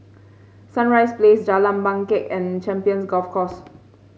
Sunrise Place Jalan Bangket and Champions Golf Course